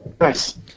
nice